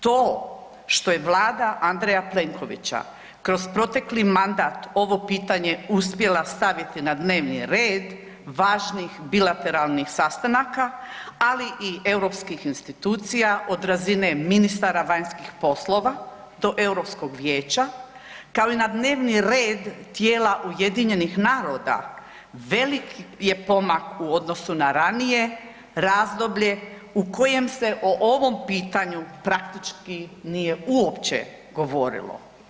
To što je Vlada Andreja Plenkovića kroz protekli mandat ovo pitanje uspjela staviti na dnevni red važnih bilateralnih sastanaka, ali i europskih institucija od razine ministara vanjskih poslova do Europskog Vijeća kao i na dnevni red tijela UN-a velik je pomak u odnosu na ranije razdoblje u kojem se o ovom pitanju praktički nije uopće govorilo.